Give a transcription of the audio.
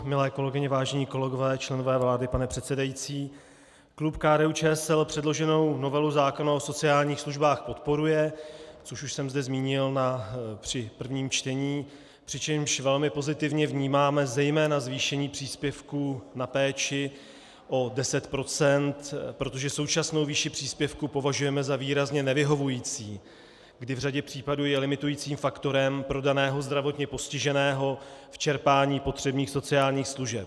Milé kolegyně, vážení kolegové, členové vlády, pane předsedající, klub KDUČSL předloženou novelu zákona o sociálních službách podporuje, což už jsem zde zmínil při prvním čtení, přičemž velmi pozitivně vnímáme zejména zvýšení příspěvku na péči o 10 %, protože současnou výši příspěvku považujeme za výrazně nevyhovující, kdy v řadě případů je limitujícím faktorem pro daného zdravotně postiženého v čerpání potřebných sociálních služeb.